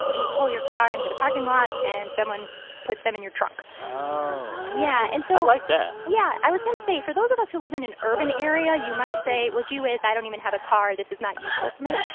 and you pull your car into the parking lot, and someone puts them in your trunk oh yeah. and so. i like that yeah. i was going to say, for those of us who live in an urban area, you might say, well, gee whiz, i don't even have a car. this is not useful to me.